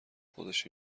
خودش